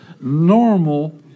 normal